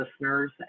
listeners